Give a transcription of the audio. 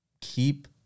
keep